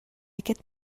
aquest